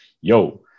Yo